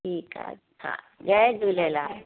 ठीकु आहे हा जय झूलेलाल